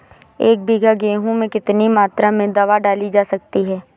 एक बीघा गेहूँ में कितनी मात्रा में दवा डाली जा सकती है?